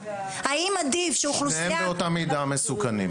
האם עדיף שאוכלוסייה --- שניהם באותה מידה מסוכנים.